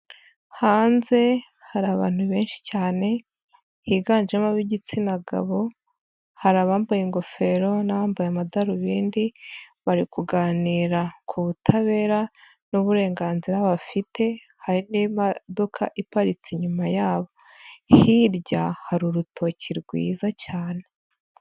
Hanze hari abantu benshi cyane higanjemobigitsina gabo, hari abambaye ingofero n'abambaye amadarubindi bari kuganira ku butabera n'uburenganzira bafite, hari n'imadoka iparitse inyuma yabo, hirya hari urutoki rwiza cyane.